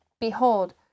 Behold